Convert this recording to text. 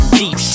deep